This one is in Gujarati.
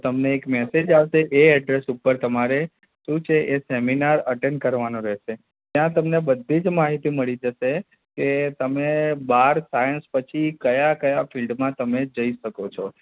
તમને એક મેસેજ આવશે એ એડ્રેસ ઉપર તમારે શું છે એ સેમિનાર અટેઈન કરવાનો રહેશે ત્યાં તમને બધી જ માહિતી મળી જશે કે તમે બાર સાઇન્સ પછી કયા કયા ફિલ્ડમાં તમે જઈ શકો છો